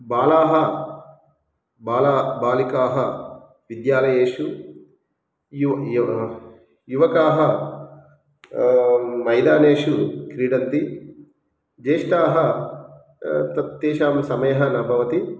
बालाः बालाः बालिकाः विद्यालयेषु यु य युवकाः मैदानेषु क्रीडन्ति ज्येष्ठाः तत् तेषां समयः न भवति